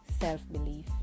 self-belief